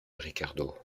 ricardo